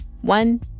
One